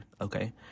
okay